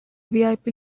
vip